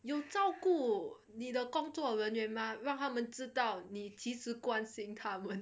有照顾你的工作人员吗让他们知道你其实关心他们